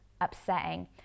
upsetting